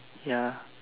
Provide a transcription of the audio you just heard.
ya